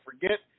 forget